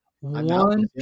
One